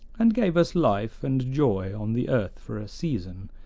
and gave us life and joy on the earth for a season,